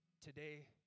Today